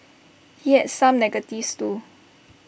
he had some negatives too